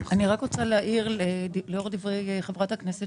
אני רוצה להעיר לאור דברי חברת הכנסת